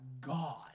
god